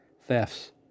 thefts